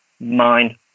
mind